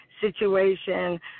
situation